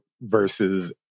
versus